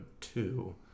two